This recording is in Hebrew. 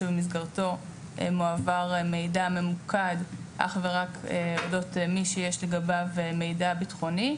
שבמסגרתו מועבר מידע ממוקד אך ורק אודות מי שיש לגביו מידע ביטחוני,